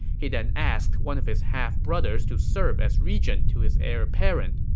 he then asked one of his half brothers to serve as regent to his heir apparent.